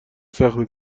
سخته